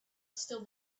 still